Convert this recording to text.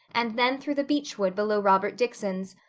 and then through the beech wood below robert dickson's,